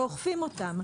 ואוכפים אותן.